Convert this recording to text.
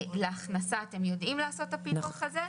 להכנסה אתם יודעים לעשות את הפילוח הזה,